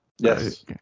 Yes